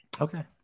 Okay